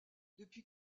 depuis